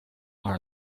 are